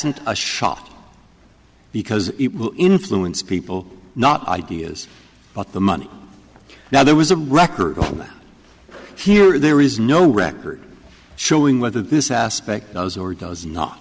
t a shot because it will influence people not ideas but the money now there was a record here there is no record showing whether this aspect does or does not